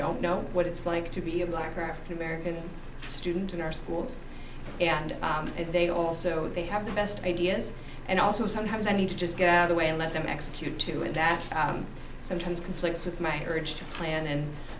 don't know what it's like to be a black or african american student in our schools and they also they have the best ideas and also sometimes i need to just get out of the way and let them execute too and that sometimes conflicts with my courage to plan and